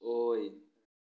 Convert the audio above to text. ꯑꯣꯏ